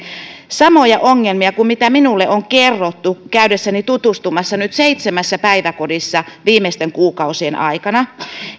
samoja ongelmia kuin minulle on kerrottu käydessäni tutustumassa nyt seitsemässä päiväkodissa viimeisten kuukausien aikana